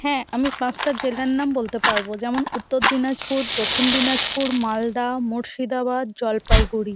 হ্যাঁ আমি পাঁশটা জেলার নাম বলতে পারবো যেমন উত্তর দিনাজপুর দক্ষিণ দিনাজপুর মালদা মুর্শিদাবাদ জলপাইগুড়ি